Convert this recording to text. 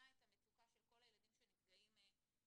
את המצוקה של כל הילדים שנפגעים בנגב.